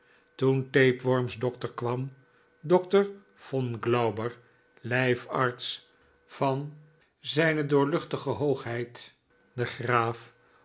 toen tapeworm's dokter kwam dokter von glauber lijfarts van z d h den graaf